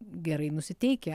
gerai nusiteikę